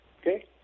Okay